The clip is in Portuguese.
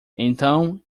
então